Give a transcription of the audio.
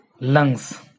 lungs